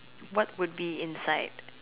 what would be inside